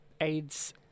AIDS